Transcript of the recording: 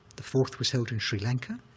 the fourth was held in sri lanka,